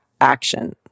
action